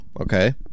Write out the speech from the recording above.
Okay